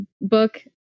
book